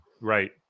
Right